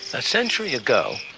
a century ago,